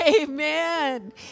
Amen